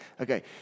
Okay